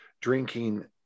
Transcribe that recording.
drinking